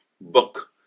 book